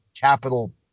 capital